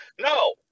No